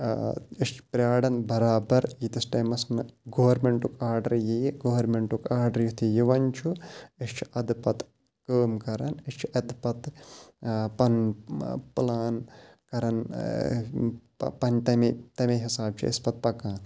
أسۍ چھِ پیاران برابر ییٖتِس ٹایمَس نہٕ گورمٮ۪نٛٹُک آرڈَر یِیہِ گورمٮ۪نٛٹُک آرڈَر یُتھُے یِوان چھُ أسۍ چھِ اَدٕ پَتہٕ کٲم کَران أسۍ چھِ اَدٕ پَتہٕ پَنُن پٕلان کَران پَن تَمے تَمے حِساب چھِ أسۍ پَتہٕ پَکان